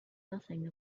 nothing